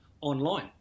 online